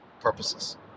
purposes